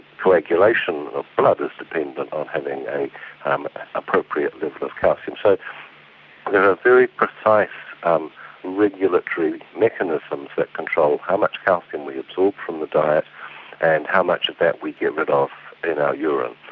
coagulation of blood is dependent on having an um appropriate level of calcium. so there are very precise um regulatory mechanisms that control how much calcium we absorb from the diet and how much of that we get rid of in our urine.